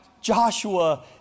Joshua